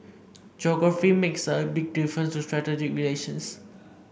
geography makes a big difference to strategic relations